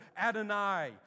Adonai